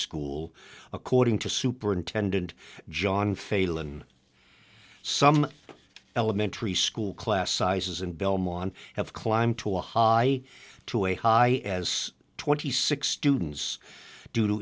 school according to superintendent john failon some elementary school class sizes in belmont have climbed to a high to a high as twenty six students d